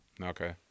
Okay